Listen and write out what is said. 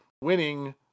winning